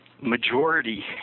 Majority